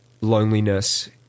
loneliness